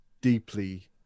deeply